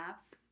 apps